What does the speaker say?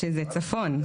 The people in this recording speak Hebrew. שזה צפון.